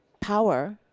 power